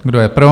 Kdo je pro?